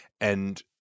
and-